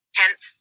hence